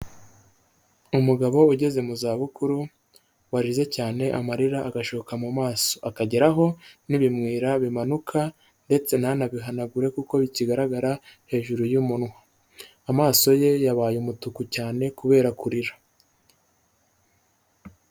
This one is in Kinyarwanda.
Umugabo ugeze mu za bukuru warize cyane amarira agashoka mu maso akageraho n'ibimyira bimanuka ndetse ntanabihanagure kuko bikigaragara hejuru y'umunwa, amaso ye yabaye umutuku cyane kubera kurira.